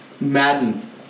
Madden